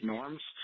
Norm's